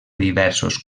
diversos